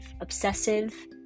obsessive